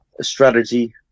strategy